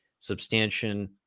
substantion